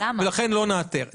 ולכן לא ניעתר.